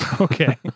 okay